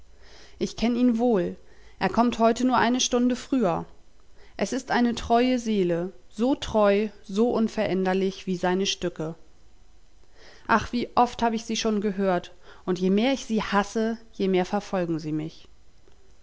ich kenn ihn wohl er kommt heute nur eine stunde früher es ist eine treue seele so treu so unveränderlich wie seine stücke ach wie oft hab ich sie schon gehört und je mehr ich sie hasse je mehr verfolgen sie mich